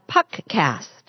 PuckCast